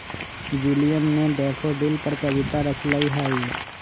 William ने daffodil पर कविता रच लय है